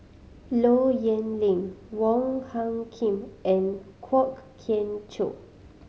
Low Yen Ling Wong Hung Khim and Kwok Kian Chow